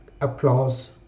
applause